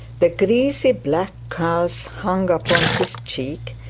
the greasy black curls hung upon his cheek,